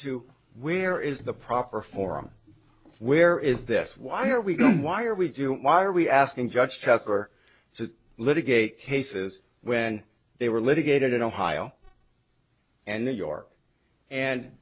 to where is the proper forum where is this why here we don't why are we doing why are we asking judge chess or to litigate cases when they were litigated in ohio and new york and